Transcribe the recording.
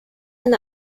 and